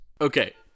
Okay